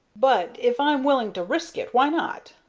but, if i'm willing to risk it why not?